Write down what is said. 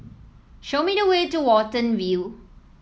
show me the way to Watten View